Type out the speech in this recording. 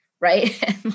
right